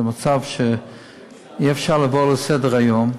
מצב שאי-אפשר לעבור עליו לסדר-היום.